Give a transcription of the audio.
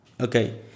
okay